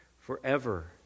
forever